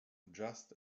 just